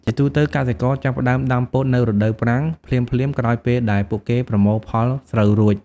ជាទូទៅ កសិករចាប់ផ្ដើមដាំពោតនៅរដូវប្រាំង ភ្លាមៗក្រោយពេលដែលពួកគេប្រមូលផលស្រូវរួច។